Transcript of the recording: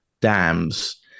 dams